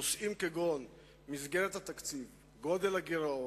נושאים כגון מסגרת התקציב, גודל הגירעון,